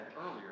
earlier